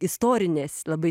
istorinės labai